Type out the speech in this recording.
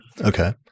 Okay